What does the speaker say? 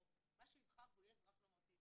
מה שהוא יבחר והוא יהיה אזרח נורמטיבי.